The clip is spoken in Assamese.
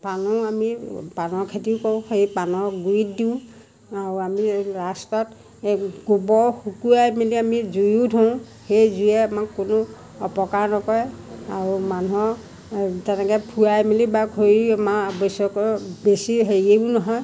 পাণো আমি পাণৰ খেতিও কৰোঁ সেই পাণৰ গুৰিত দিওঁ আৰু আমি ৰাস্তাত এ গোবৰ শুকুৱাই মেলি আমি জুয়ো ধৰোঁ সেই জুয়ে আমাক কোনো অপকাৰ নকৰে আৰু মানুহ তেনেকৈ ফুৰাই মেলি বা খৰি আমাৰ আৱশ্যকৰ বেছি হেৰিও নহয়